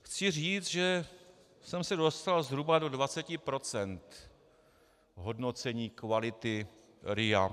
Chci říct, že jsem se dostal zhruba do 20 % v hodnocení kvality RIA.